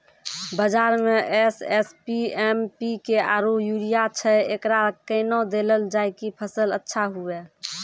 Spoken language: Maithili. बाजार मे एस.एस.पी, एम.पी.के आरु यूरिया छैय, एकरा कैना देलल जाय कि फसल अच्छा हुये?